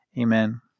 Amen